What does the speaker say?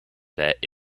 that